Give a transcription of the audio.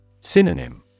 Synonym